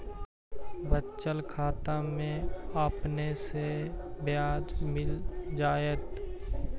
बचत खाता में आपने के ब्याज मिल जाएत